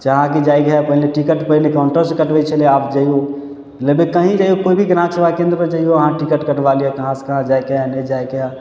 चाहे अहाँके जाइके होयत पहिले टिकट पहिले काउन्टरसँ कटबै छलै आब जइयौ कहीं जइयौ कोइ भी ग्राहक सेवा केन्द्रपर जइयौ अहाँ टिकट कटबा लिऽ कहाँ सँ कहाँ जाइके हइ नहि जाइके हइ